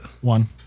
One